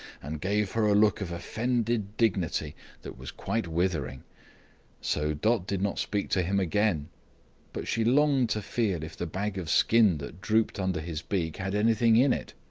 and gave her a look of offended dignity that was quite withering so dot did not speak to him again but she longed to feel if the bag of skin that drooped under his beak had anything in it.